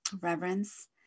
Reverence